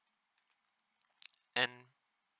and